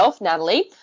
Natalie